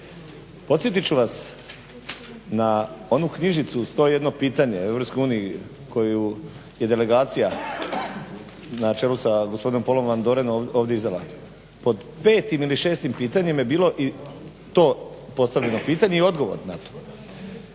Podsjetit ću vas na onu knjižicu "101 pitanje o Europskoj uniji" koju je delegacija na čelu sa gospodinom Paulom Vandorenom ovdje izdala, pod 5 ili 6 pitanjem je bilo i to postavljeno pitanje i odgovor na to.